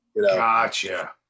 Gotcha